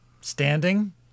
Standing